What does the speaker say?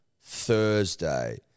Thursday